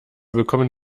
bekommen